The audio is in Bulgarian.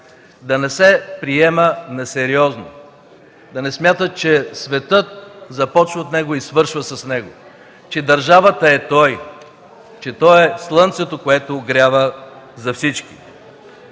да не се приема на сериозно, да не смята, че светът започва от него и свършва с него, че държавата е той, че той е слънцето, което огрява за всички.